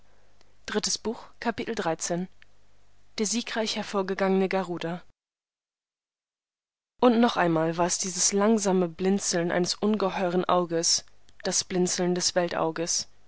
der siegreich hervorgegangene garuda und noch einmal war es wie das langsame blinzeln eines ungeheuren auges das blinzeln des